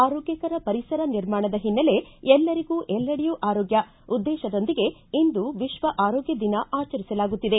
ಆರೋಗ್ಯಕರ ಪರಿಸರ ನಿರ್ಮಾಣದ ಹಿನ್ನಲೆ ಎಲ್ಲರಿಗೂ ಎಲ್ಲೆಡೆಯೂ ಆರೋಗ್ಯ ಉದ್ದೇಶದೊಂದಿಗೆ ಇಮ್ದು ವಿಶ್ವ ಆರೋಗ್ಡ ದಿನ ಆಚರಿಸಲಾಗುತ್ತಿದೆ